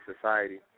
Society